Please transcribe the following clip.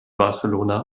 barcelona